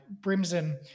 Brimson